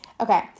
okay